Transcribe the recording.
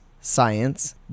science